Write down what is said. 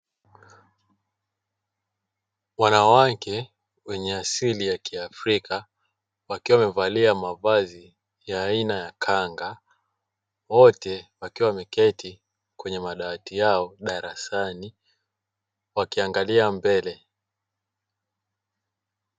Wanawake wenye asili ya Kiafrika, wakiwa wamevalia mavazi ya aina ya kanga, wote wakiwa wameketi kwenye madawati yao darasani, wakiangalia mbele.